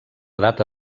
data